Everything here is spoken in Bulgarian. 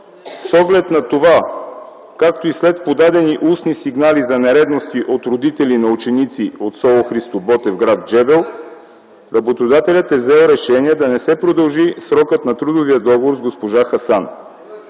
С оглед на това, както и след подадени устни сигнали за нередности от родители на ученици от СОУ „Христо Ботев” – гр. Джебел, работодателят е взел решение да не се продължи срокът на трудовия договор на госпожа Хасан.